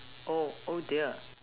oh oh dear